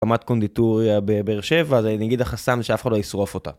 הקמת קונדיטוריה בבאר שבע, אז אני אגיד שהחסם שאף אחד לא ישרוף אותה.